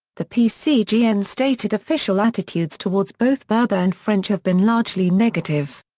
the pcgn and stated official attitudes towards both berber and french have been largely negative.